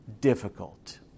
difficult